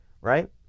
Right